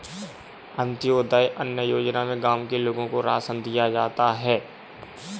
अंत्योदय अन्न योजना में गांव के लोगों को राशन दिया जाता है